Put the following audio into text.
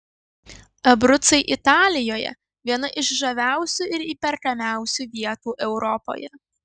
abrucai italijoje viena iš žaviausių ir įperkamiausių vietų europoje